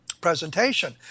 presentation